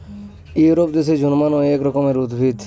Europe দেশে জন্মানো এক রকমের উদ্ভিদ